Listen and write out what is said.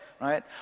right